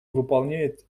выполняет